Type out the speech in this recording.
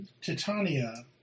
Titania